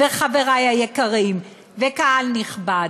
חברי היקרים וקהל נכבד,